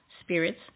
spirits